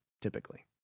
typically